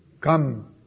come